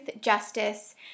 justice